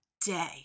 day